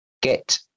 get